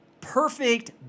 perfect